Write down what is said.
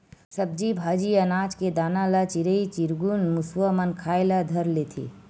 सब्जी भाजी, अनाज के दाना ल चिरई चिरगुन, मुसवा मन खाए ल धर लेथे